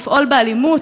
לפעול באלימות,